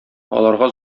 аларга